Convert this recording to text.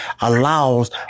allows